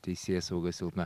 teisėsauga silpna